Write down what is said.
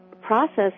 process